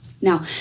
Now